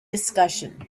discussion